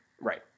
Right